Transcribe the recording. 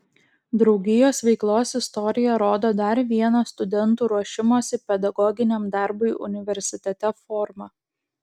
draugijos veiklos istorija rodo dar vieną studentų ruošimosi pedagoginiam darbui universitete formą